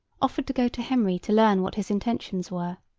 offered to go to henry to learn what his intentions were.